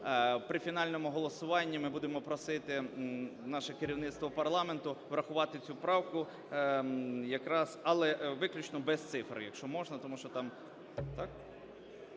при фінальному голосуванні ми будемо просити наше керівництво парламенту врахувати цю правку, але виключно без цифри. Якщо можна,